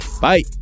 Bye